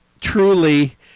truly